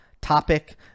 topic